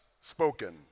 spoken